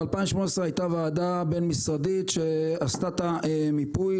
ב-2018 הייתה ועדה בין-משרדית שעשתה את המיפוי